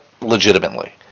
legitimately